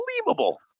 unbelievable